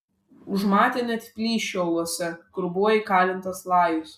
užmatė net plyšį uolose kur buvo įkalintas lajus